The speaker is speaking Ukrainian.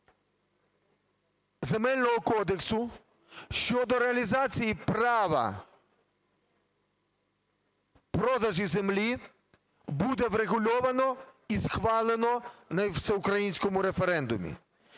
Земельного кодексу щодо реалізації права продажу землі буде врегульовано і схвалено на всеукраїнському референдумі.